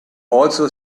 also